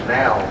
now